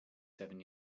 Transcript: seven